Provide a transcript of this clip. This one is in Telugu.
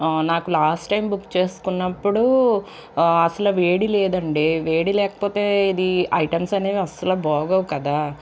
నాకు లాస్ట్ టైం బుక్ చేసుకున్నప్పుడు అసల వేడి లేదండి వేడి లేకపోతే ఇది ఐటమ్స్ అనేవి అస్సల బాగోవుకదా